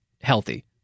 healthy